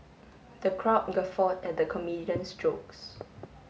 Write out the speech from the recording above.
the crowd guffawed at the comedian's jokes